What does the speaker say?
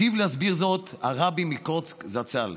היטיב להסביר זאת הרבי מקוצק זצ"ל: